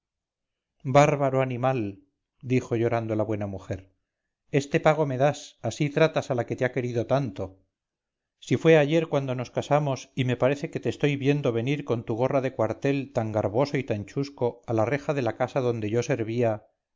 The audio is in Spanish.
bárbaro animal dijo llorando la buena mujer este pago me das así tratas a la que te ha querido tanto si fue ayer cuando nos casamos y me parece que te estoy viendo venir con tu gorra de cuartel tan garboso y tan chusco a la reja de la casa donde yo servía